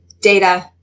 data